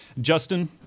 Justin